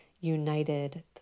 united